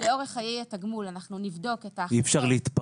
לאורך חיי התגמול אנחנו נבדוק את ההכנסה